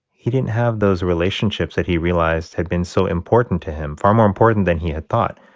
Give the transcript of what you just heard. he didn't have those relationships that he realized had been so important to him, far more important than he had thought,